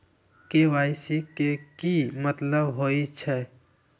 KYC के कि मतलब होइछइ?